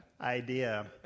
idea